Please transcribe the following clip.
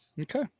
Okay